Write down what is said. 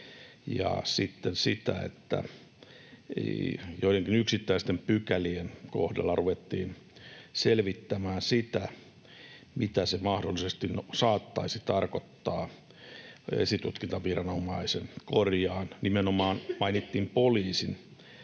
sitten sitä, että joidenkin yksittäisten pykälien kohdalla ruvettiin selvittämään sitä, mitä se mahdollisesti saattaisi tarkoittaa esitutkintaviranomaisen — korjaan, poliisin, nimenomaan mainittiin poliisi